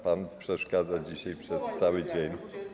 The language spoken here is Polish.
Pan przeszkadza dzisiaj przez cały dzień.